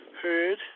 heard